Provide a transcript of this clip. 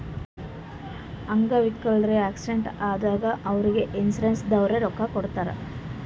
ಅಂಗ್ ವಿಕಲ್ರದು ಆಕ್ಸಿಡೆಂಟ್ ಆದಾಗ್ ಅವ್ರಿಗ್ ಇನ್ಸೂರೆನ್ಸದವ್ರೆ ರೊಕ್ಕಾ ಕೊಡ್ತಾರ್